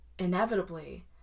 inevitably